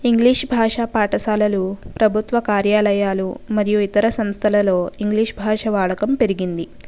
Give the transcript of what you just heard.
English భాషా పాఠశాలలు ప్రభుత్వ కార్యాలయాలు మరియు ఇతర సంస్థలలో ఇంగ్లీషు భాష వాడకం పెరిగింది